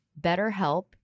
BetterHelp